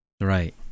Right